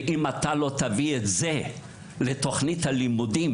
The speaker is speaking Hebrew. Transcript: אם אתה לא תביא את זה לתכנית הלימודים